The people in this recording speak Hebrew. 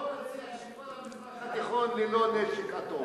בוא תציע שכל המזרח התיכון יהיה ללא נשק אטומי.